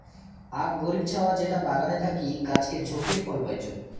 আক গরীব ছাওয়া যেটা বাগানে থাকি গাছকে ঝাকিয়ে ফল পাইচুঙ